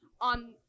on